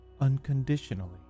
unconditionally